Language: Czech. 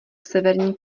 severní